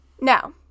Now